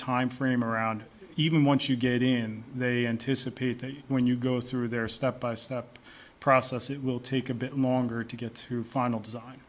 timeframe around even once you get in they anticipate that when you go through their step by step process it will take a bit longer to get to final design